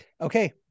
okay